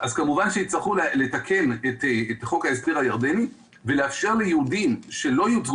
כמובן שיצטרכו לתקן את חוק ההסדר הירדני ולאפשר ליהודים שלא עברו